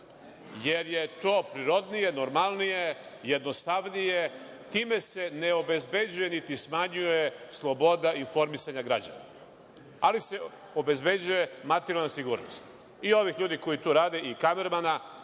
jer je to prirodnije, normalnije, jednostavnije. Time se ne obezbeđuje niti smanjuje sloboda informisanja građana, ali se obezbeđuje materijalna sigurnost i ovih ljudi koji tu rade i kamermana,